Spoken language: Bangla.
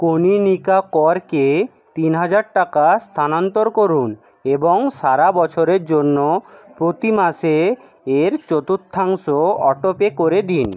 কনীনিকা করকে তিন হাজার টাকা স্থানান্তর করুন এবং সারা বছরের জন্য প্রতি মাসে এর চতুর্থাংশ অটোপে করে দিন